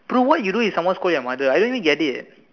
bro what you do if someone scold your mother I don't even get it